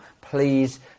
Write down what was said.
please